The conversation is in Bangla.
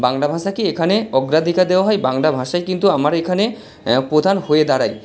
বাংলা ভাষাকে এখানে অগ্রাধিকার দেওয়া হয় বাংলা ভাষাই কিন্তু আমার এখানে প্রধান হয়ে দাঁড়ায়